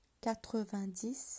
Quatre-vingt-dix